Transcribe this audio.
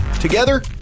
Together